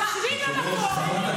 שבי במקום.